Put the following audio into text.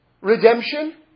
redemption